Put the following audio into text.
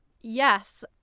yes